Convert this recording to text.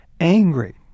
angry